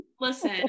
Listen